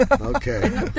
Okay